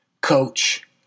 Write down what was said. coach